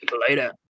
Later